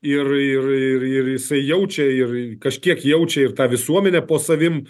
ir ir ir ir jisai jaučia ir kažkiek jaučia ir tą visuomenę po savim